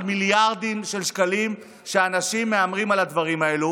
על מיליארדים של שקלים שאנשים מהמרים על הדברים האלו